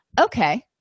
okay